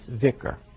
vicar